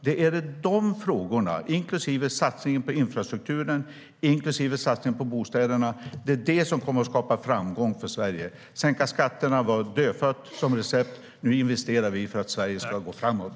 Det är dessa frågor inklusive satsningen på infrastrukturen och satsningen på bostäderna som kommer att skapa framgång för Sverige. Sänka skatterna var dödfött, som vi har sett. Nu investerar vi för att Sverige ska gå framåt.